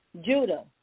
Judah